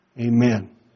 amen